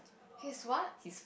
he's what